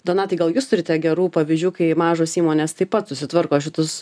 donatai gal jūs turite gerų pavyzdžių kai mažos įmonės taip pat susitvarko šitus